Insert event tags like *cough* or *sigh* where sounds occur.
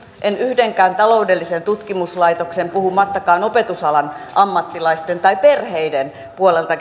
en yhdenkään taloudellisen tutkimuslaitoksen puhumattakaan opetusalan ammattilaisista tai perheistä puolelta *unintelligible*